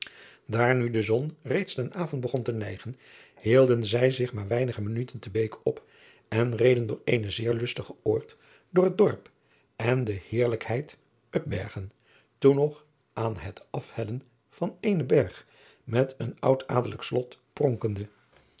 aar nu de zon reeds ten avond begon te neigen hielden zij zich maar weinige minuten te eek op en reden door eenen zeer lustigen oord door het dorp en de heerlijkheid pbergen toen nog aan het afhellen van eenen berg met een oud adelijk lot pronkende